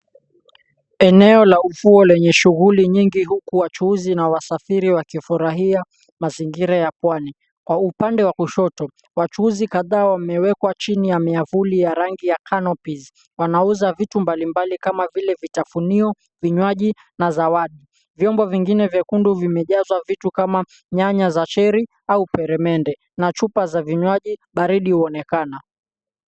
Eneo la ufuo lenye shughuli nyingi huku wachuuzi na wasafiri wakifurahia mazingira ya pwani. Kwa upande wa kushoto wachuuzi kadhaa wamewekwa chini ya miavuli ya rangi ya canopies . Wanauza vitu mbalimbali kama vile vitafunio, vinywaji na zawadi. Vyombo vingine vyekundu vimejazwa vitu kama nyanya za cherry au peremende na chupa za vinywaji baridi zinaonekana.